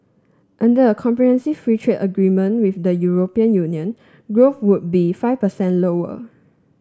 under a comprehensive free trade agreement with the European Union growth would be five percent lower